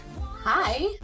Hi